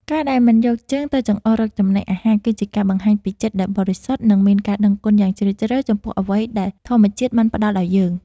ការដែលមិនយកជើងទៅចង្អុលរកចំណីអាហារគឺជាការបង្ហាញពីចិត្តដែលបរិសុទ្ធ និង មានការដឹងគុណយ៉ាងជ្រាលជ្រៅចំពោះអ្វីដែលធម្មជាតិបានផ្តល់ឱ្យយើង។